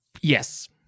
Yes